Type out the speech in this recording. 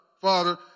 father